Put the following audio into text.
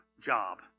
job